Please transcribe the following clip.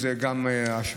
זו גם אשמה,